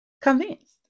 convinced